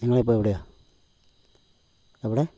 നിങ്ങൾ ഇപ്പം എവിടെ ആണ് എവിടെ